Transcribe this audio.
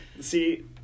See